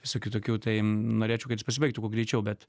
visokių tokių tai norėčiau kad jis pasibaigtų kuo greičiau bet